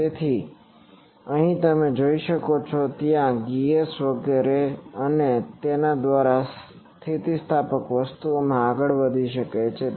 તેથી અહીં તમે જોઈ શકો છો કે ત્યાં ગિયર્સ વગેરે છે અને તે દ્વારા તે આ સ્થિતિસ્થાપક વસ્તુમાં આગળ વધી શકે છે